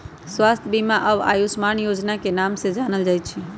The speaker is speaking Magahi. स्वास्थ्य बीमा अब आयुष्मान योजना के नाम से जानल जाई छई